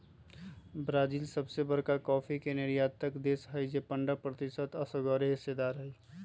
Brazil सबसे बरका coffee के निर्यातक देश हई जे पंडह प्रतिशत असगरेहिस्सेदार हई